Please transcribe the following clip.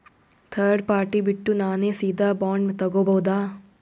Third party ಬಿಟ್ಟು ನಾನೇ ಸೀದಾ ಬಾಂಡ್ ತೋಗೊಭೌದಾ?